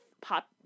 pop